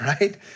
right